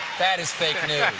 that is fake news,